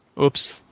oops